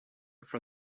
for